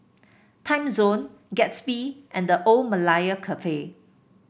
Timezone Gatsby and The Old Malaya Cafe